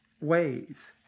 ways